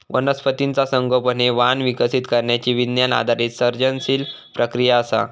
वनस्पतीचा संगोपन हे वाण विकसित करण्यची विज्ञान आधारित सर्जनशील प्रक्रिया असा